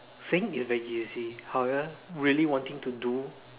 saying is very easy however really wanting to do